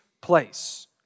place